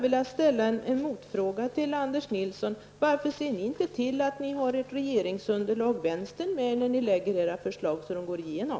Varför ser ni socialdemokrater inte till att ni har vänstern med när ni lägger fram era regeringsförslag, så att de går igenom?